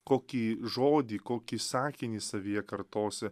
kokį žodį kokį sakinį savyje kartosi